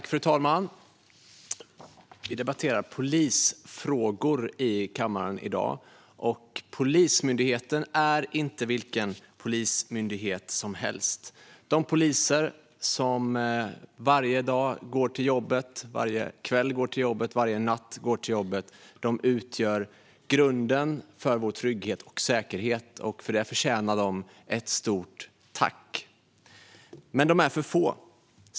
Fru talman! Vi debatterar polisfrågor i kammaren i dag, och Polismyndigheten är inte vilken polismyndighet som helst. De poliser som går till jobbet varje dag, varje kväll och varje natt utgör grunden för vår trygghet och säkerhet, och för det förtjänar de ett stort tack. Men de är för få.